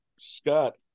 Scott